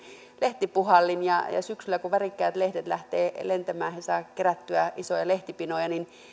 lehtipuhallin ja ja syksyllä kun värikkäät lehdet lähtevät lentämään he saavat kerättyä isoja lehtipinoja eli tässä